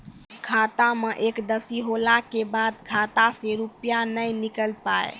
खाता मे एकशी होला के बाद खाता से रुपिया ने निकल पाए?